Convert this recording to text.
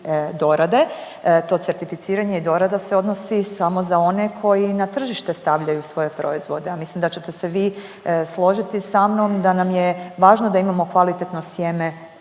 To certificiranje i dorada se odnosi samo za one koji na tržište stavljaju svoje proizvode. Ja mislim da ćete se vi složiti sa mnom da nam je važno da imamo kvalitetno sjeme da